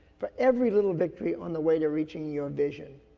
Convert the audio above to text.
for every little victory on the way to reaching your vision.